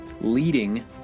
leading